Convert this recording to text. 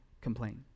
complain